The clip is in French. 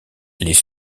les